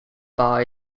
bar